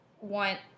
want